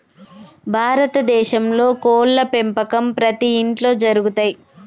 భారత దేశంలో కోడ్ల పెంపకం ప్రతి ఇంట్లో జరుగుతయ్